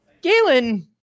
Galen